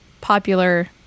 popular